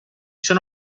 sono